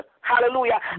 Hallelujah